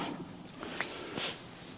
varapuhemies